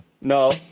No